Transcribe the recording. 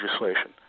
legislation